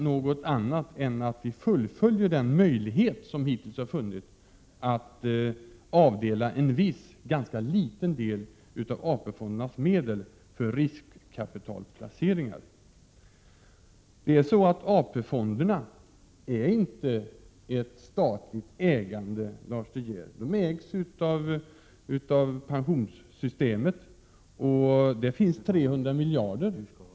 Vi har bara utnyttjat den möjlighet som hittills funnits, att avdela en viss, ganska liten, del av AP-fondernas medel för riskkapitalplaceringar. AP-fonderna ägs inte av staten, Lars De Geer, utan de ägs av pensionssystemet. Det finns 300 miljarder där.